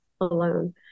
alone